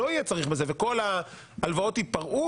לא יהיה צריך בזה וכל ההלוואות ייפרעו.